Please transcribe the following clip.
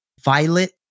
violet